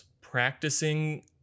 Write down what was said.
practicing